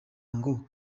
ngo